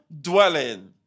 dwelling